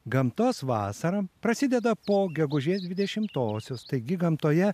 gamtos vasara prasideda po gegužės dvidešimtosios taigi gamtoje